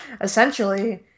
essentially